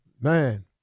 Man